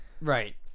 Right